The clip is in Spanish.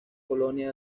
colonia